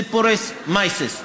סיפורים, מעשה'ס.